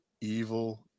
Evil